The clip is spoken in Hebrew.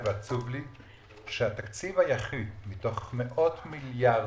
כי כאשר מישהו אוכל תפוז שלם ומשאיר למישהו רק את הקליפה,